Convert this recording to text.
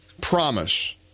promise